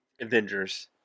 Avengers